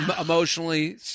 emotionally